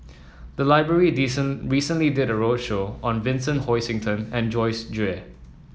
the library recently did a roadshow on Vincent Hoisington and Joyce Jue